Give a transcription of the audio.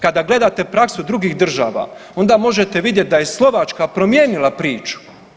Kada gledate praksu drugih država onda možete vidjeti da je Slovačka promijenila priču.